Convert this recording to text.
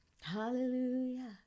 hallelujah